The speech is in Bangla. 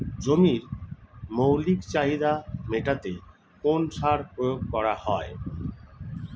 জমির মৌলিক চাহিদা মেটাতে কোন সার প্রয়োগ করা হয়?